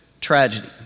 tragedy